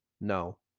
No